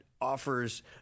offers